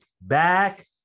Back